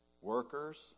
workers